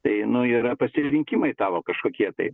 tai nu yra pasirinkimai tavo kažkokie tai